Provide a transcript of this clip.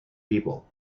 people